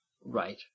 Right